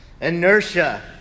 Inertia